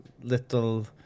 little